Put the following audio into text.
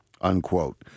unquote